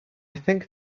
think